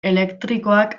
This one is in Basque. elektrikoak